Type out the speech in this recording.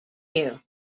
you